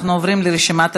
אנחנו עוברים לרשימת הדוברים: